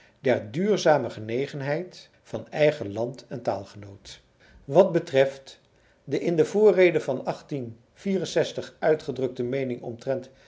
der duurzame genegenheid van eigen land en taalgenoot wat betreft de in de voorrede van uitgedrukte meening omtrent